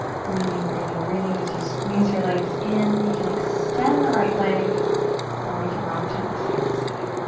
breathing, breathing, breathing as you squeeze your legs in. you can extend the right leg or we can rock gently side to side.